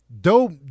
Dope